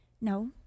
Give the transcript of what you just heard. no